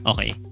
Okay